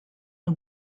her